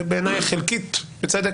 ובעיני חלקית בצדק,